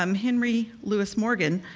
um henry lewis morgan,